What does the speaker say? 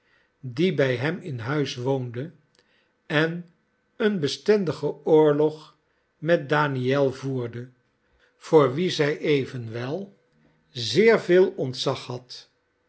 die bij hem in huis woonde en een bestendigen oorlog met daniel voerde voor wien zij evenwel zeer veel ontzag had